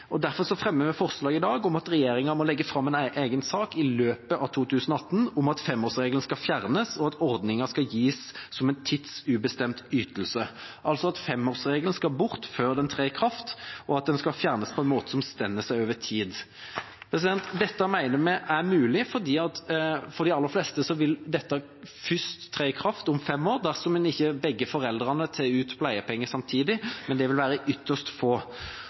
tid. Derfor fremmer vi forslag i dag om at regjeringa må legge fram en egen sak i løpet av 2018 om at femårsregelen skal fjernes, og at ordningen skal gis som en tidsubestemt ytelse, altså at femårsregelen skal bort før den trer i kraft, og at den skal fjernes på en måte som står seg over tid. Dette mener vi er mulig, for for de aller fleste vil dette først tre i kraft om fem år, dersom ikke begge foreldrene tar ut pleiepenger samtidig, men det vil være ytterst få.